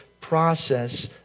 process